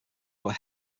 were